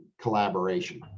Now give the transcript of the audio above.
collaboration